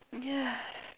yeah